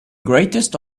greatest